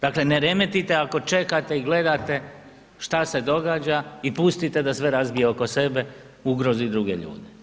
Dakle, ne remetite ako čekate i gledate što se događa i pustite da sve razbije oko sebe, ugrozi druge ljude.